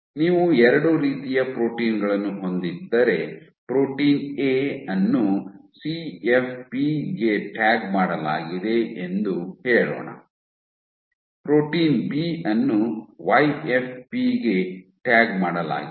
ನೀವು ಎರಡು ರೀತಿಯ ಪ್ರೋಟೀನ್ ಗಳನ್ನು ಹೊಂದಿದ್ದರೆ ಪ್ರೋಟೀನ್ ಎ ಅನ್ನು ಸಿ ಎಫ್ ಪಿ ಗೆ ಟ್ಯಾಗ್ ಮಾಡಲಾಗಿದೆ ಎಂದು ಹೇಳೋಣ ಪ್ರೋಟೀನ್ ಬಿ ಅನ್ನು ವೈ ಎಫ್ ಪಿ ಗೆ ಟ್ಯಾಗ್ ಮಾಡಲಾಗಿದೆ